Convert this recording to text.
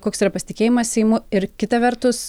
koks yra pasitikėjimas seimu ir kita vertus